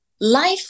life